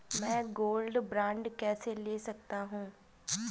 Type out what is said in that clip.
मैं gold bond कैसे ले सकता हूँ?